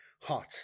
hot